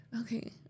Okay